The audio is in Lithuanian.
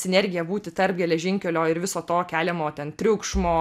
sinergija būti tarp geležinkelio ir viso to keliamo ten triukšmo